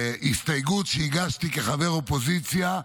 בהסתייגות שהגשתי כחבר אופוזיציה,